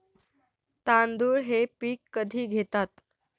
तांदूळ हे पीक कधी घेतात?